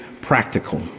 practical